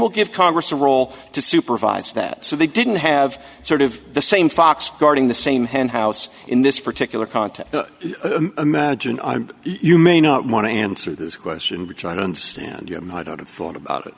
we'll give congress a role to supervise that so they didn't have sort of the same fox guarding the same hen house in this particular context imagine you may not want to answer this question which i don't understand you don't have thought about it